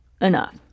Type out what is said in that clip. enough